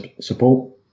support